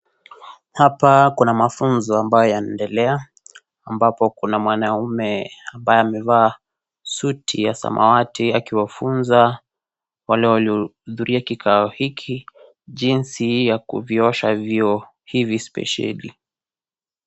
Hapa kuna mafunzo ambayo yanaendelea ambapo kuna mwanaume ambaye amevaa suti ya samawati akiwafunza wale waliohudhuria kikao hiki jinsi ya kuviosha vyoo hivi spesheli.